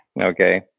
Okay